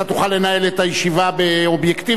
אתה תוכל לנהל את הישיבה באובייקטיביות,